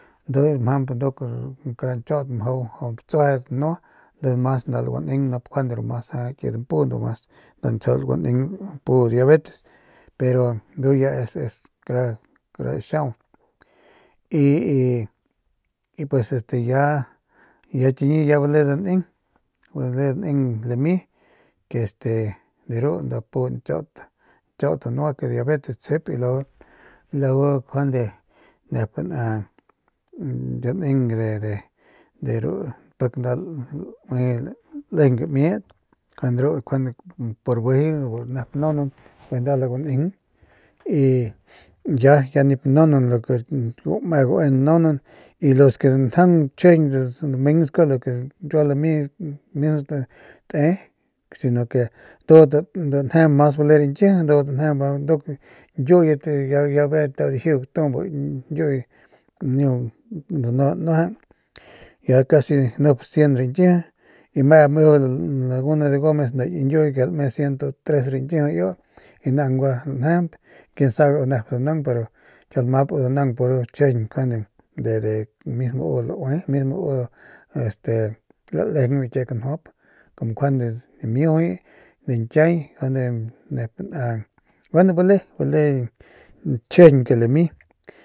Ndu mjap nduk kara nchaut mjau mjau katsueje danua ndujuy mas nda gualeneng nup nkjuande ru mas ki dampu ndu mas tsjau guaneng pu diabetes peru ndu ya es es kara xiaung y y pues este pues ya chiñi ya bale bale daneng lami que este de ru nda pu nchaut nchiaut danua que es diabetes tsjep y luego nkjuande nep n a daneng de de ru pik nda laui lalejeng gamiet njuande ru njuande pur bijiy ru nep naunan bijiy nda gualeng y ya ya nip naunan lu ke dame laui naunan y los que danjaung chjijiñ minskua kiua lami kiua mismo te si no que ndudat danjejemp mas bale rañkiji ndu danjejemp nduk ya ñkiuyet ya ya ve nteu dijiu gatu bu ki nkiuuyneu danua danueje ya casi nup ru 103 rañkijip iu y guanaamp gua lanjajañp quien sadbe u nep danaung pero u kiau lamap u danaung puro ru chjijiñ njuande de ru mismo u lejeng de biu ñkie kanjuap kumu njuande miujuy diñkiay njuande ne n a gueno bale bale chjijiñ que lami.